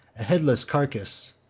a headless carcass,